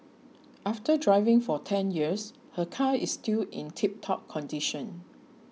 after driving for ten years her car is still in tiptop condition